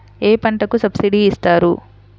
ఏ పంటకు సబ్సిడీ ఇస్తారు?